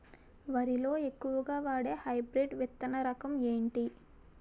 వరి లో ఎక్కువుగా వాడే హైబ్రిడ్ విత్తన రకం ఏంటి?